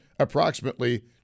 approximately